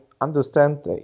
understand